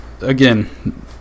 Again